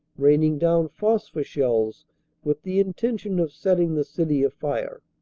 raining down phosphor shells with the intention of setting the city afire.